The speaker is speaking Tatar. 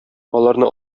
аларны